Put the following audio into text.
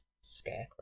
Scarecrow